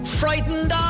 Frightened